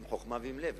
עם חוכמה ועם לב,